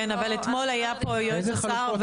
אבל אתמול היה פה יועץ השר.